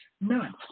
none